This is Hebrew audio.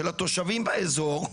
של התושבים באזור,